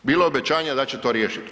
bilo je obećanje da će to riješiti.